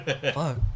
Fuck